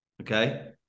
okay